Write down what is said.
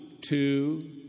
two